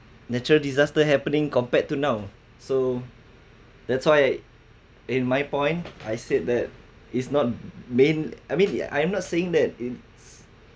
natural disasters happening compared to now so that's why in my point I said that is not been I mean I'm not saying that in